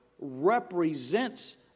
represents